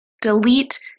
delete